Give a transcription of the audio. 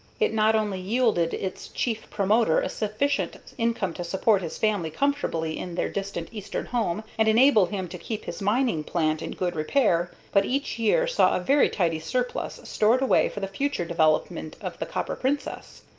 it not only yielded its chief promoter a sufficient income to support his family comfortably in their distant eastern home and enable him to keep his mining-plant in good repair, but each year saw a very tidy surplus stored away for the future development of the copper princess.